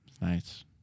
Nice